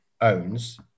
owns